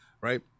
right